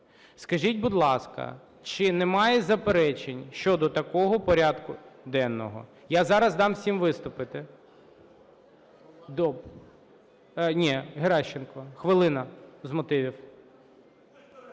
Скажіть, будь ласка, чи немає заперечень щодо такого порядку денного? Я зараз дам всім виступити. (Шум у залі) Ні, Геращенко. Хвилина з мотивів.